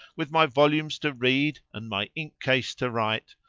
with my volumes to read and my ink-case to write,